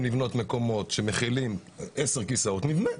לבנות מקומות שמכילים 10 כיסאות נבנה.